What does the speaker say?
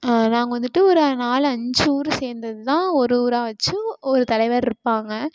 நாங்கள் வந்துட்டு ஒரு நாலு அஞ்சு ஊரு சேர்ந்தது தான் ஒரு ஊராக வைச்சு ஒரு தலைவர் இருப்பாங்க